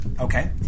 Okay